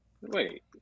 wait